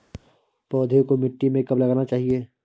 पौधें को मिट्टी में कब लगाना चाहिए?